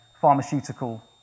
pharmaceutical